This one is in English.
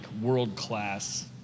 world-class